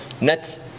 net